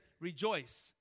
rejoice